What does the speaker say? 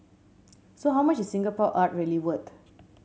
so how much is Singapore art really worth